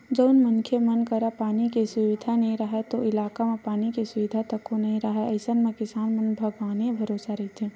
जउन मनखे मन करा पानी के सुबिधा नइ राहय ओ इलाका म पानी के सुबिधा तको नइ राहय अइसन म किसान मन भगवाने भरोसा रहिथे